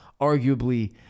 arguably